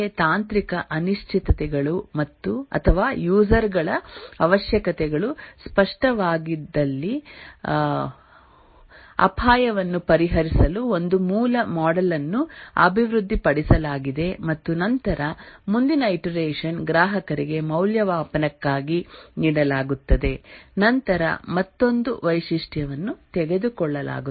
ತಾಂತ್ರಿಕ ಅನಿಶ್ಚಿತತೆಗಳು ಅಥವಾ ಯೂಸೆರ್ ಗಳ ಅವಶ್ಯಕತೆಗಳು ಸ್ಪಷ್ಟವಾಗಿದಲ್ಲಿ ಅಪಾಯವನ್ನು ಪರಿಹರಿಸಲು ಒಂದು ಮೂಲ ಮಾಡೆಲ್ ಅನ್ನು ಅಭಿವೃದ್ಧಿಪಡಿಸಲಾಗಿದೆ ಮತ್ತು ನಂತರ ಮುಂದಿನ ಇಟರೆಷನ್ ಗ್ರಾಹಕರಿಗೆ ಮೌಲ್ಯಮಾಪನಕ್ಕಾಗಿ ನೀಡಲಾಗುತ್ತದೆ ನಂತರ ಮತ್ತೊಂದು ವೈಶಿಷ್ಟ್ಯವನ್ನು ತೆಗೆದುಕೊಳ್ಳಲಾಗುತ್ತದೆ